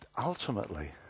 ultimately